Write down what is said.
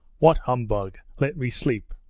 what humbug! let me sleep.